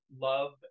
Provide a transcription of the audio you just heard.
love